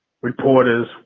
reporters